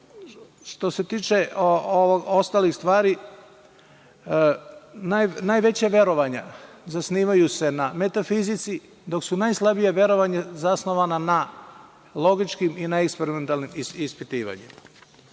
se tiče ostalih stvari, najveća verovanja zasnivaju se na metafizici, dok su najslabija verovanja zasnovana na logičkim i eksperimentalnim ispitivanjima.